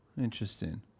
Interesting